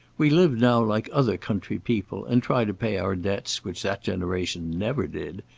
we live now like other country people, and try to pay our debts, which that generation never did.